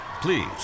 Please